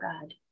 God